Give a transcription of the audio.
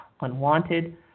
unwanted